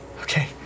Okay